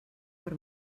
per